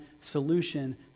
solution